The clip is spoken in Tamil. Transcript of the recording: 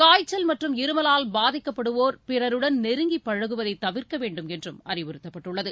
காய்ச்சல் மற்றும் இருமலால் பாதிக்கப்படுவோா் பிறருடன் நெருங்கி பழகுவதை தவிா்க்க வேண்டுமென்றும் அறிவுறுத்தப்பட்டுள்ளது